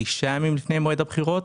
9 ימים לפני מועד הבחירות,